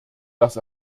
das